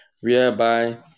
whereby